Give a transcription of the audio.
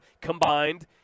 combined